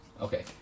Okay